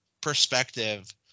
perspective